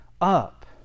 up